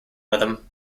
rhythm